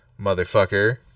motherfucker